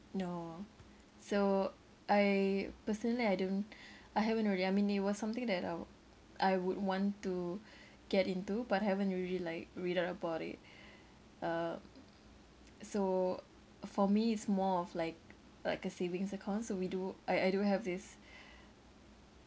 no so I personally I don't I haven't already I mean it was something that uh I would want to get into but haven't really like read up about it uh so for me it's more of like like a savings account so we do I I do have this